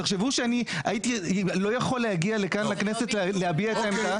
תחשבו שאני לא הייתי יכול להגיע לכאן לכנסת ולהביע את דעתי.